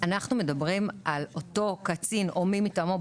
אנחנו מדברים על אותו קצין או מי מטעמו.